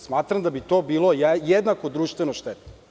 Smatram da bi to bilo jednako društvenoj šteti.